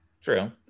True